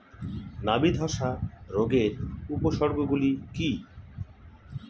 নাবি ধসা রোগের উপসর্গগুলি কি কি?